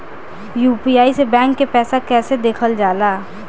UPI से bank के पैसा कैसे देखल जाला?